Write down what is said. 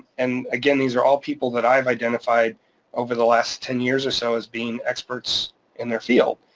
and again, these are all people that i've identified over the last ten years or so as being experts in their field.